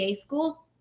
school